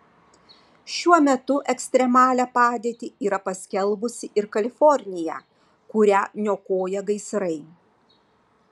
šiuo metu ekstremalią padėtį yra paskelbusi ir kalifornija kurią niokoja gaisrai